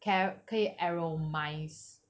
care 可以